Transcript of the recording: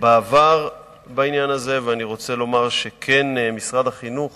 בעבר בעניין הזה, ואני רוצה לומר שכן, משרד החינוך